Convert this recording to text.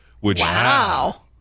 Wow